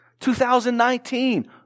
2019